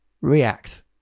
React